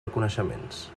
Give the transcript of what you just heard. reconeixements